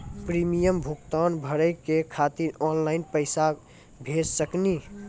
Premium भुगतान भरे के खातिर ऑनलाइन पैसा भेज सकनी?